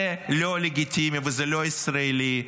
זה לא לגיטימי וזה לא ישראלי.